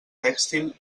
tèxtil